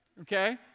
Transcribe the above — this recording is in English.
okay